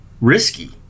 risky